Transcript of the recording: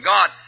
God